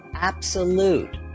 Absolute